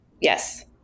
Yes